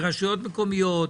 מרשויות מקומיות,